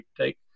take